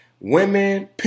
women